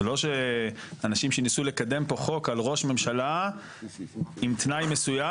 זה לא שאנשים שניסו לקדם פה חוק על ראש ממשלה עם תנאי מסוים